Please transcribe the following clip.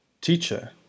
Teacher